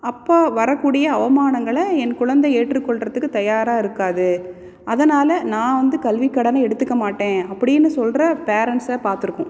அப்போது வர கூடிய அவமானங்களை என் குழந்தை ஏற்று கொள்கிறதுக்கு தயாராக இருக்காது அதனால நான் வந்து கல்விக்கடனை எடுத்துக்க மாட்டேன் அப்படின்னு சொல்கிற பேரண்ட்ஸை பாத்திருக்கோம்